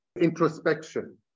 introspection